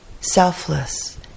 selfless